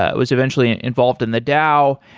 ah was eventually involved in the dao.